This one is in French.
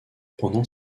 pendant